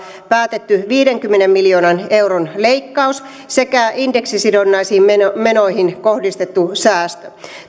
päätetty viidenkymmenen miljoonan euron leikkaus sekä indeksisidonnaisiin menoihin menoihin kohdistettu säästö